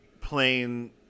plain